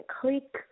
click